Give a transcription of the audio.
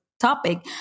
topic